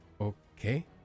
Okay